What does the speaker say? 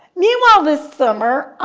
meanwhile this summer,